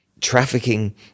trafficking